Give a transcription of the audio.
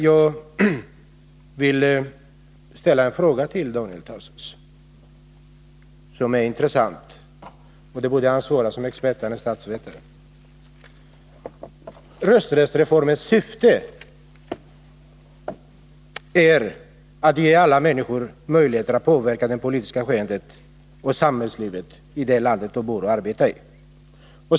Jag vill ställa en fråga, som det vore intressant att få svar av Daniel Tarschys på i hans egenskap av statsvetare. Rösträttsreformens syfte är ju att ge alla människor möjlighet att påverka det politiska skeendet och samhällslivet i det land där de bor och arbetar.